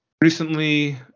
recently